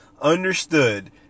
understood